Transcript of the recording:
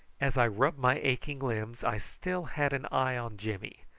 as i rubbed my aching limbs i still had an eye on jimmy,